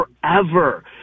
forever